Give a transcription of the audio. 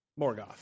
Morgoth